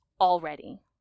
already